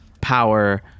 power